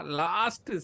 last